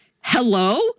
Hello